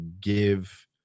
give